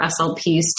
SLPs